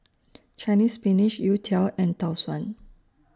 Chinese Spinach Youtiao and Tau Suan